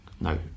No